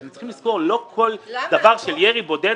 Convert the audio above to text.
אתם צריכים לזכור שלא כל דבר של ירי בודד,